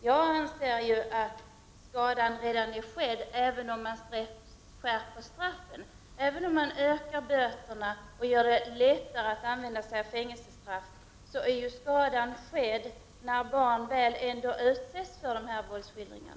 Jag anser att skadan redan är skedd även om straffen skärps genom att man ökar böterna och gör det lättare att utdöma fängelsestraff, eftersom barnen ändå utsätts för dessa våldsskildringar.